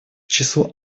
число